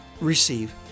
receive